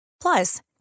Plus